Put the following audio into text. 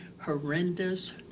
horrendous